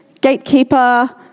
gatekeeper